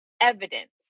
evidence